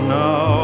now